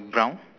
brown